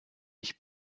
ich